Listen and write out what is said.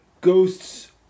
ghosts